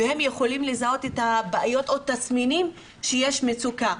והם יכולים לזהות את הבעיות או התסמינים שיש מצוקה.